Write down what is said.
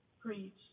preach